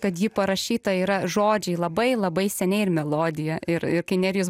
kad ji parašyta yra žodžiai labai labai seniai ir melodija ir ir kai nerijus